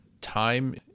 time